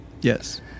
Yes